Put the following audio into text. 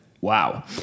wow